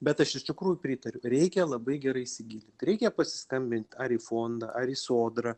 bet aš iš tikrųjų pritariu reikia labai gerai įsigilint reikia pasiskambint ar į fondą ar į sodrą